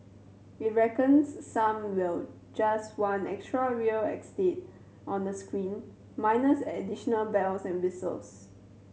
it reckons some will just want extra real estate on a screen minus additional bells and whistles